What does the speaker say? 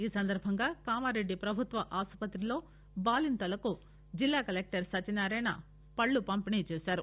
ఈ సందర్భంగా కామారెడ్డి ప్రభుత్వ ఆస్పత్రిలో బాలింతలకు జిల్లా కలెక్లర్ సత్యనారాయణ పండ్లను పంపిణీ చేశారు